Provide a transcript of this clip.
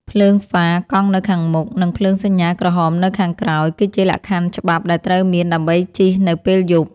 ភ្លើងហ្វាកង់នៅខាងមុខ និងភ្លើងសញ្ញាក្រហមនៅខាងក្រោយ គឺជាលក្ខខណ្ឌច្បាប់ដែលត្រូវមានដើម្បីជិះនៅពេលយប់។